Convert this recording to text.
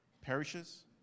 perishes